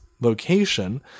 location